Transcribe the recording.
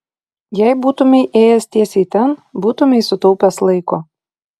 jei būtumei ėjęs tiesiai ten būtumei sutaupęs laiko